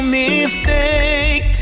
mistake